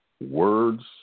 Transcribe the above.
Words